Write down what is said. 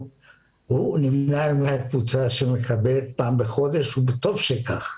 נמנה עם הקבוצה שמקבלת פעם בחודש וטוב שכך,